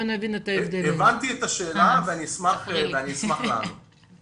הבנתי את השאלה ואני אשמח לענות